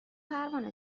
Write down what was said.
پروانه